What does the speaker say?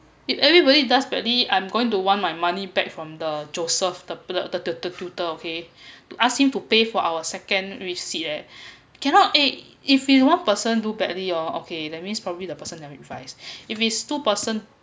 if everybody does badly I'm going to want my money back from the joseph the the the tutor okay to ask him to pay for our second re-sit eh cannot eh if if one person do badly oh okay that means probably the person never revise if it's two person